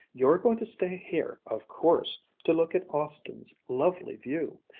you're going to stay here, of course, to look at austin's lovely view!